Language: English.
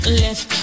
left